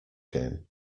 game